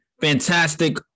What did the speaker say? fantastic